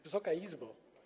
Wysoka Izbo!